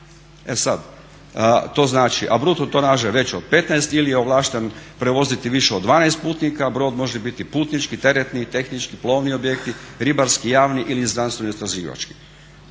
od 12 metara, a bruto tonaža je veća od 15 ili je ovlašten prevoziti više od 12 putnika. Brod može biti putnički, teretni, tehnički, plovni objekti, ribarski, javni ili znanstveno-istraživački.